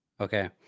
okay